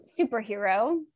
Superhero